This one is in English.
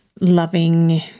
loving